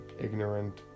ignorant